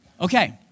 Okay